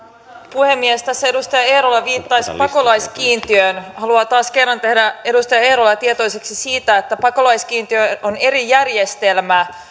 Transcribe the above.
puhemies tässä edustaja eerola viittasi pakolaiskiintiöön haluan taas kerran tehdä edustaja eerolan tietoiseksi siitä että pakolaiskiintiö on eri järjestelmä